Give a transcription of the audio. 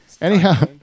Anyhow